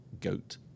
goat